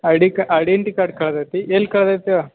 I D ಕಾ identity card ಕಳೆದೈತಿ ಎಲ್ಲಿ ಕಳೆದೈತೊ